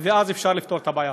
ואז אפשר לפתור את הבעיה.